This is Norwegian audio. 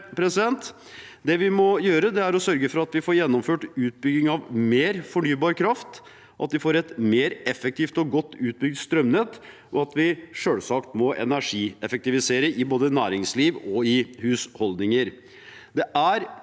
Det vi må gjøre, er å sørge for at vi får gjennomført utbygging av mer fornybar kraft, og at vi får et mer effektivt og godt utbygd strømnett. Vi må selvsagt energieffektivisere i både næringsliv og husholdninger.